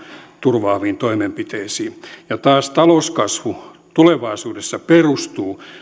turvaaviin toimenpiteisiin taas talouskasvu tulevaisuudessa perustuu